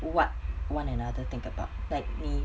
what one another think about like 你